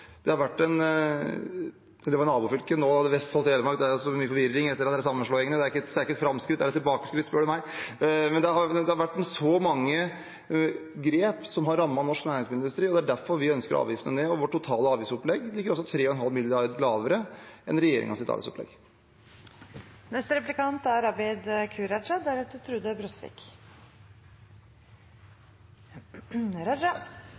det var i nabofylket Vestfold, nå er det Vestfold og Telemark. Det er så mye forvirring etter disse sammenslåingene – det er ikke et framskritt, det er et tilbakeskritt, spør du meg. Men det er tatt så mange grep som har rammet norsk næringsmiddelindustri, derfor ønsker vi avgiftene ned. Vårt totale avgiftsopplegg ligger altså 3,5 mrd. kr lavere enn